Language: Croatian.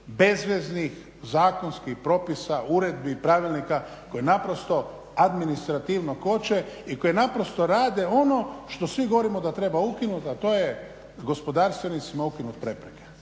bezveznih zakonskih propisa, uredbi i pravilnika koji naprosto administrativno koče i koji naprosto rade ono što svi govorimo da treba ukinuti a to je gospodarstvenicima ukinuti prepreke,